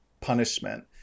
punishment